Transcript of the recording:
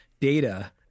data